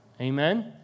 Amen